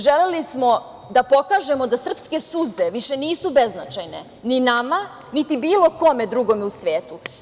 Želeli smo da pokažemo da srpske suze više nisu beznačajne ni nama niti bilo kome drugome u svetu.